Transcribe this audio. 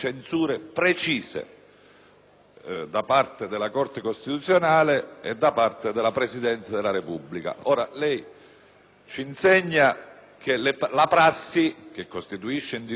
da parte della Corte costituzionale e della Presidenza della Repubblica. Lei ci insegna che la prassi, pur costituendo indiscutibilmente una fonte